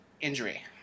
injury